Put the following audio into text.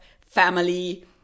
family